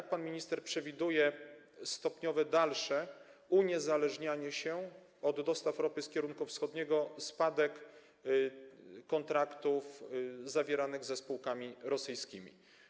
Czy pan minister przewiduje, i w jakim zakresie, stopniowe dalsze uniezależnianie się od dostaw ropy z kierunku wschodniego, spadek kontraktów zawieranych ze spółkami rosyjskimi?